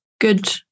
good